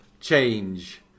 change